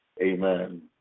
Amen